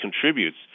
contributes